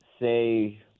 say